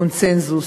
קונסנזוס,